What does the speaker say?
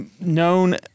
known